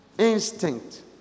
Instinct